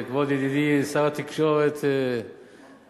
כבוד ידידי שר התקשורת והרווחה